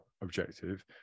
objective